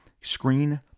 screen